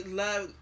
love